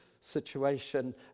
situation